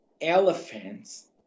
elephants